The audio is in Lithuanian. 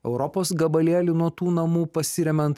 europos gabalėlį nuo tų namų pasiremiant